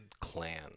clan